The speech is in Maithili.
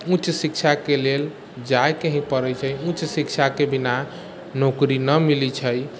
उच्च शिक्षाके लेल जायके ही पड़ैत छै उच्च शिक्षाके बिना नौकरी नहि मिलैत छै